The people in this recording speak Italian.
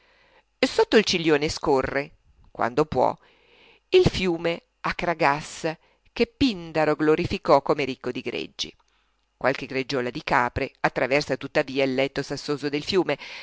abbandonati sotto il ciglione scorre quando può il fiume akragas che pindaro glorificò come ricco di greggi qualche greggiola di capre attraversa tuttavia il letto sassoso del fiume